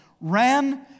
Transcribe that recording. ran